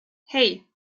hei